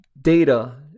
data